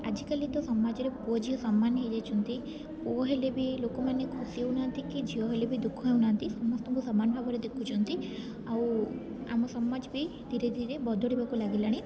ଆଜିକାଲି ତ ସମାଜରେ ପୁଅ ଝିଅ ସମାନ ହୋଇଯାଇଛନ୍ତି ପୁଅ ହେଲେ ବି ଲୋକମାନେ ଖୁସି ହେଉନାହାନ୍ତି କି ଝିଅ ହେଲେ ବି ଦୁଃଖି ହେଉନାହାନ୍ତି ସମସ୍ତଙ୍କୁ ସମାନ ଭାବରେ ଦେଖୁଛନ୍ତି ଆଉ ଆମ ସମାଜ ବି ଧୀରେ ଧୀରେ ବଦଳିବାକୁ ଲାଗିଲାଣି